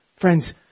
Friends